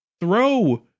throw